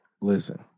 listen